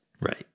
Right